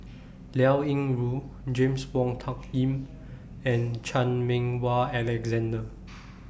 Liao Yingru James Wong Tuck Yim and Chan Meng Wah Alexander